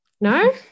No